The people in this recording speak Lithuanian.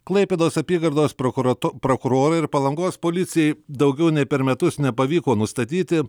klaipėdos apygardos prokurat prokurorai ir palangos policijai daugiau nei per metus nepavyko nustatyti